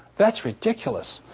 that's ridiculous,